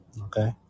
Okay